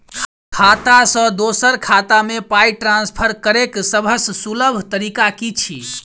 खाता सँ दोसर खाता मे पाई ट्रान्सफर करैक सभसँ सुलभ तरीका की छी?